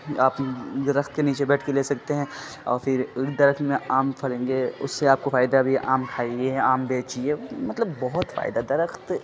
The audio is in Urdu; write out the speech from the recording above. آپ درخت کے نیچے بیٹھ کے لے سکتے ہیں اور پھر درخت میں آم پھلیں گے اس سے آپ کو فائدہ بھی ہے آم کھائیے آم بیچیے مطلب بہت فائدہ درخت